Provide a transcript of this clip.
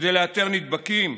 כדי לאתר נדבקים?